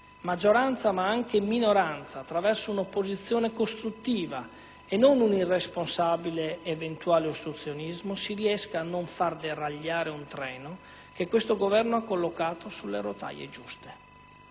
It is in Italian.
maggioranza ma anche minoranza, attraverso un'opposizione costruttiva e non un irresponsabile eventuale ostruzionismo, si riesca a non far deragliare un treno che questo Governo ha collocato sulle giuste